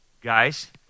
guys